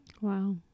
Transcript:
Wow